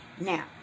Now